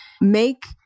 make